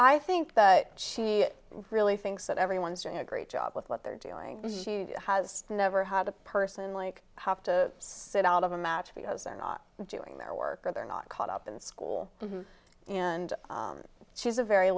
i think she really thinks that everyone's doing a great job with what they're doing has never had a person like have to sit out of a match because they're not doing their work or they're not caught up in school and she's a very